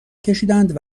کشیدند